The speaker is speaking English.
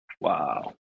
Wow